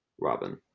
Robin